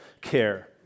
care